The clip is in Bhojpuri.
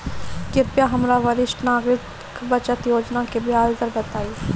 कृपया हमरा वरिष्ठ नागरिक बचत योजना के ब्याज दर बताइं